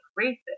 Racist